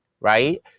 right